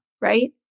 right